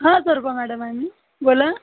हां सर गो मॅडम आहे मी बोला